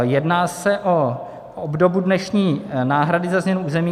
Jedná se o obdobu dnešní náhrady za změnu území.